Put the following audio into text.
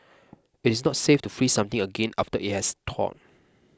it is not safe to freeze something again after it has thaw